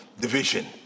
division